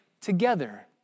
together